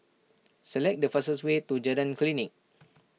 select the fastest way to Jalan Klinik